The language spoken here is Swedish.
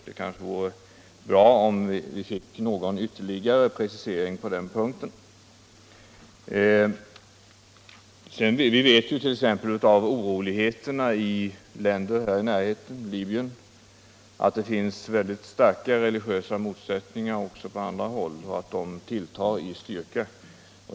Det kanske vore bra om vi fick någon ytterligare precisering på den punkten. Oroligheterna i t.ex. Libanon har ju visat att det finns starka religiösa motsättningar också på andra håll och att de tilltar i styrka.